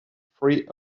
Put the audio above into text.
free